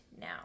now